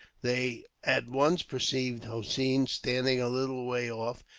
they at once perceived hossein, standing a little way off,